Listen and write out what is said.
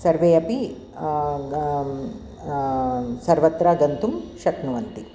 सर्वे अपि सर्वत्र गन्तुं शक्नुवन्ति